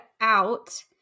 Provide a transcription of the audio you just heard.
out